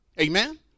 Amen